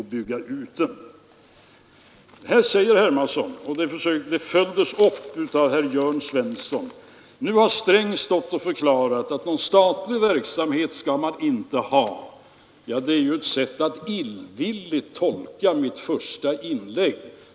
Herr Hermansson säger — och det följdes upp av herr Jörn Svensson — att nu har Sträng stått och förklarat att en statlig verksamhet skall man inte ha. Det är ett sätt att illvilligt tolka mitt första inlägg.